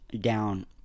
down